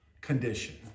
condition